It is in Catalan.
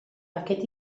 aquest